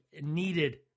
needed